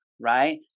right